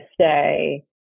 say